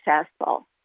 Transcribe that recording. successful